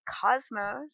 cosmos